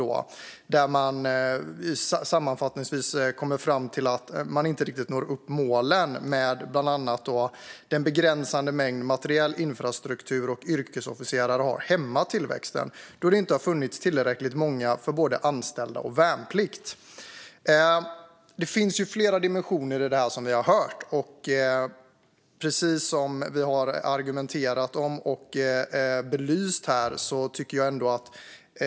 I sammanfattningen framgår att man inte uppnår målen, det vill säga att det är fråga om att en begränsad mängd materiel, infrastruktur för officerare hämmar tillväxten eftersom det inte har funnits tillräckligt mycket för både anställda och värnpliktiga. Det finns flera dimensioner i detta.